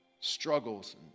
struggles